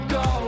go